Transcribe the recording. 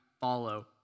follow